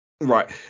right